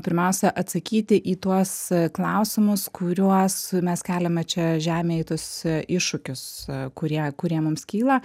pirmiausia atsakyti į tuos klausimus kuriuos mes keliame čia žemėj tuos iššūkius kurie kurie mums kyla